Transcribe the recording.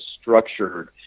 structured